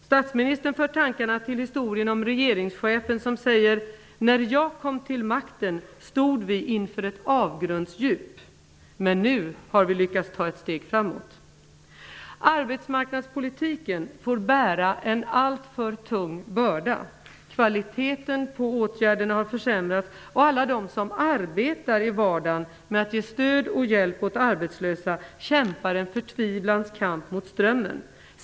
Statsministern för tankarna till historien om regeringschefen som säger: När jag kom till makten stod vi inför ett avgrundsdjup -- men nu har vi lyckats ta ett steg framåt. Arbetsmarknadspolitiken får bära en alltför tung börda. Kvaliteten på åtgärderna har försämrats, och alla de som arbetar i vardagen med att ge stöd och hjälp åt arbetslösa kämpar en förtvivlans kamp mot strömmen.